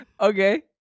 Okay